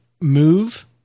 move